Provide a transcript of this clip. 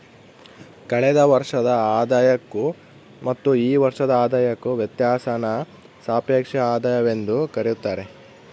ಕಳೆದ ವರ್ಷದ ಆದಾಯಕ್ಕೂ ಮತ್ತು ಈ ವರ್ಷದ ಆದಾಯಕ್ಕೂ ವ್ಯತ್ಯಾಸಾನ ಸಾಪೇಕ್ಷ ಆದಾಯವೆಂದು ಕರೆಯುತ್ತಾರೆ